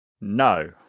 No